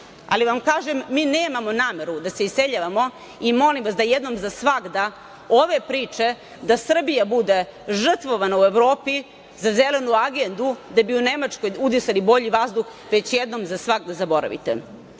ali vam kažem – mi nemamo nameru da se iseljavamo i molim vas da jednom za svagda ove priče da Srbija bude žrtvovana u Evropi za Zelenu agendu da bi u Nemačkoj udisali bolji vazduh već jednom za svagda zaboravite.